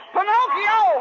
Pinocchio